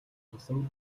тусам